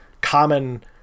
common